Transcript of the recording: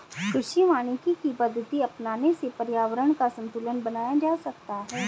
कृषि वानिकी की पद्धति अपनाने से पर्यावरण का संतूलन बनाया जा सकता है